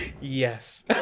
Yes